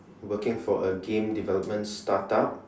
working for a game development start up